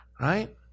right